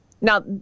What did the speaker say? Now